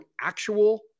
actual